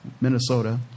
Minnesota